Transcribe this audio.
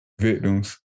victims